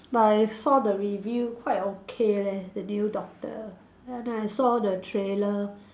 but I saw the review quite okay leh the new doctor and I saw the trailer